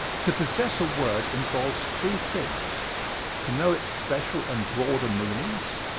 to possess a word involves three things to know its special and broader meanings,